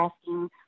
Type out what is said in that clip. asking